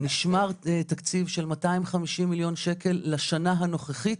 נשמר תקציב של 250 מיליון שקלים לשנה הנוכחית,